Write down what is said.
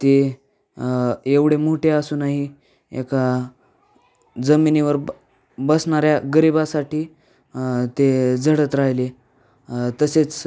ते एवढे मोठे असूनही एका जमिनीवर ब बसणाऱ्या गरिबासाठी ते झटत राहिले तसेच